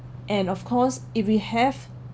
and of course if we have